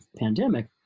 pandemic